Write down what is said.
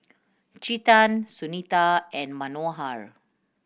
Chetan Sunita and Manohar